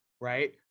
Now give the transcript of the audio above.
right